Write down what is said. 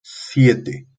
siete